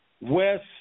West